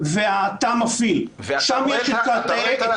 הזרועות ותא המפעיל, שם יש את הזיהוי.